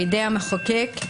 בידי המחוקק,